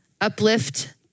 uplift